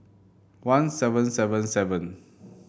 one seven seven seven